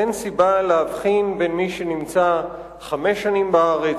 אין סיבה להבחין בין מי שנמצא חמש שנים בארץ